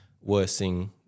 worsening